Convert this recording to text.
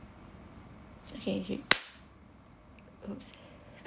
okay okay !oops!